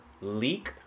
leak